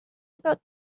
about